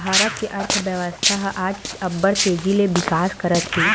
भारत के अर्थबेवस्था ह आज अब्बड़ तेजी ले बिकास करत हे